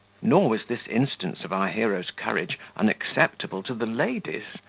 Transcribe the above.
nor was this instance of our hero's courage unacceptable to the ladies,